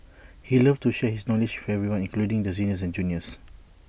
he loved to share his knowledge with everyone including the seniors and juniors